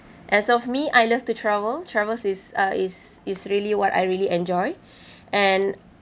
as of me I love to travel travels is uh is is really what I really enjoy and